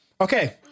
okay